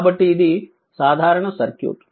కాబట్టి ఇది సాధారణ సర్క్యూట్